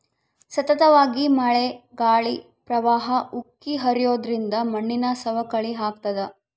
ಸತತವಾಗಿ ಮಳೆ ಗಾಳಿ ಪ್ರವಾಹ ಉಕ್ಕಿ ಹರಿಯೋದ್ರಿಂದ ಮಣ್ಣಿನ ಸವಕಳಿ ಆಗ್ತಾದ